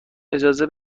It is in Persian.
اجازه